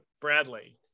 Bradley